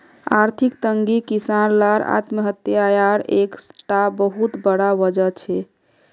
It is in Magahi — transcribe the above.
आर्थिक तंगी किसान लार आत्म्हात्यार एक टा बहुत बड़ा वजह छे